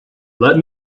let